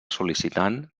sol·licitant